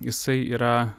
jisai yra